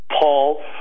Paul